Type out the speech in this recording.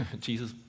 Jesus